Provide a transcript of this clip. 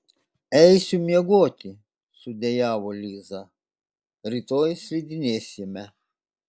eisiu miegoti sudejavo liza rytoj slidinėsime